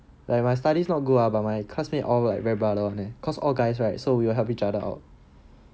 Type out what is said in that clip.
like my studies not good ah but my classmate all like very brother [one] leh cause all guys right so we will help each other out